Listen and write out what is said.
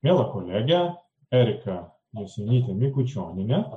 mielą kolegę eriką jasionytę mikučionienę